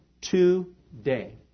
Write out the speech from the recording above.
today